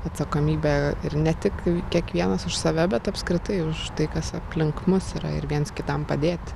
atsakomybę ir ne tik kiekvienas už save bet apskritai už tai kas aplink mus yra ir viens kitam padėti